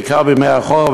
בעיקר בימי החורף,